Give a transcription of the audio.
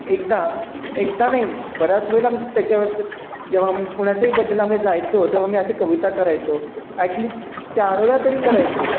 एकदा एकदा नाही बऱ्याच वेळेला आमच्या त्याच्यावर जेव्हा कुणाचाही बड्डे आम्ही जायचो तेव्हा मी अशी कविता करायचो ॲटलिस्ट त्या चारोळ्या तरी करायचो